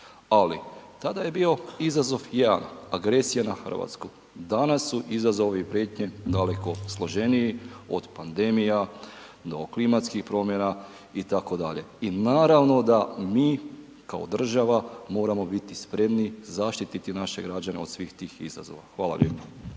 Ali, tada je bio izazov jedan, agresija na Hrvatsku. Danas su izazovi i prijetnje daleko složeniji, od pandemija do klimatskih promjena, itd., i naravno da mi kao država moramo biti spremni zaštiti naše građane od svih tih izazova. Hvala lijepo.